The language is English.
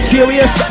Curious